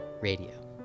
radio